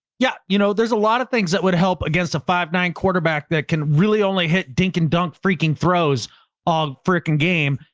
yeah. adam you know there's a lot of things that would help against a five, nine quarterback that can really only hit dink and dunk freaking throws all fricking game.